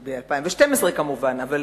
ב-2012, כמובן, אבל